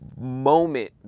moment